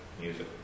music